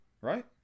Right